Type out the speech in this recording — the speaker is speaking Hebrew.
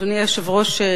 אדוני היושב-ראש,